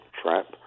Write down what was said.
trap